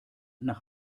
nach